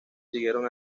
siguieron